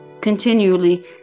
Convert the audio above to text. continually